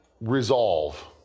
resolve